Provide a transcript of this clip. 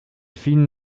film